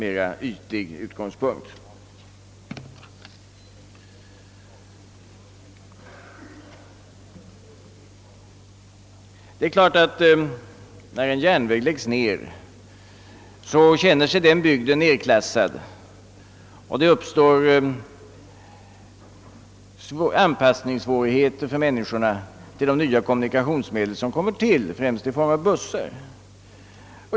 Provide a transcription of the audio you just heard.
När en järnväg läggs ned är det klart att befolkningen där känner det som om bygden blir nedklassad, och det uppstår även svårigheter för människorna att anpassa sig till de nya kommunikationsmedel som = tillkommer, främst bussar.